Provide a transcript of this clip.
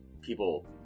people